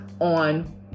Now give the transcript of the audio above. on